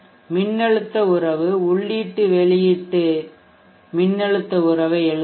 மின்னழுத்த உறவு உள்ளீட்டு வெளியீடு மின்னழுத்த உறவை எழுதுவோம்